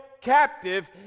captive